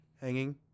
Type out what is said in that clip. Hanging